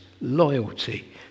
loyalty